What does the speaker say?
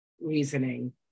reasoning